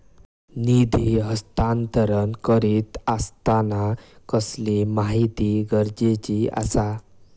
निधी हस्तांतरण करीत आसताना कसली माहिती गरजेची आसा?